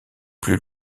plus